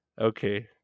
Okay